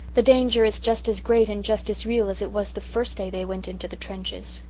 the danger is just as great and just as real as it was the first day they went into the trenches.